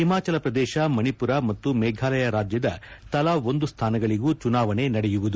ಹಿಮಾಚಲ ಪ್ರದೇಶ ಮಣಿಪುರ ಮತ್ತು ಮೇಘಾಲಯ ರಾಜ್ಯದ ತಲಾ ಒಂದು ಸ್ಥಾನಗಳಿಗೂ ಚುನಾವಣೆ ನಡೆಯುವುದು